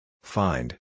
Find